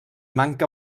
manca